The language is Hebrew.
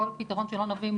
כל פתרון שלא נביא,